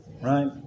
right